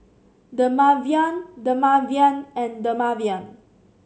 Dermaveen Dermaveen and Dermaveen